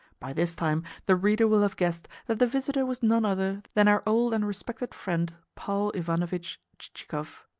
by this time the reader will have guessed that the visitor was none other than our old and respected friend paul ivanovitch chichikov.